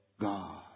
God